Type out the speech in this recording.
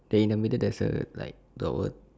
they in the middle there's a like